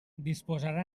disposarà